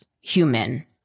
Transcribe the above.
human